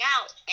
out